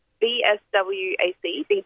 B-S-W-A-C